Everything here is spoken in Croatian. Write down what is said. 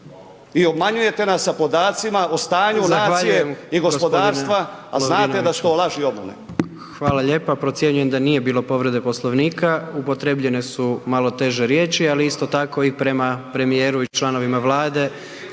i obmanjujete nas sa podacima o stanju nacije i gospodarstva a znate da su to laži i obmane.